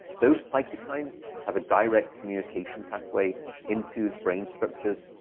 those cytokines have a direct communication pathway into brain structures,